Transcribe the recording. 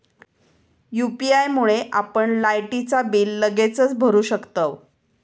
UPI मुळे आपण लायटीचा बिल लगेचच भरू शकतंव